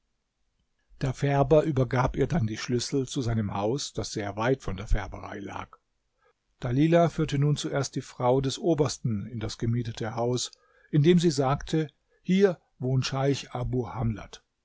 der färber übergab ihr dann die schlüssel zu seinem haus das sehr weit von der färberei lag dalilah führte nun zuerst die frau des obersten in das gemietete haus indem sie sagte hier wohnt scheich abu hamlat